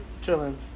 chilling